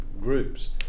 groups